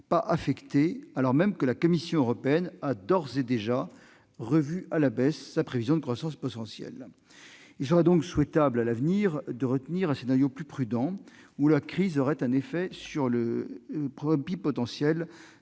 pas affectée, tandis que la Commission européenne a d'ores et déjà revu à la baisse sa prévision de croissance potentielle. Il serait souhaitable à l'avenir de retenir un scénario plus prudent, selon lequel la crise aurait un effet sur le PIB potentiel,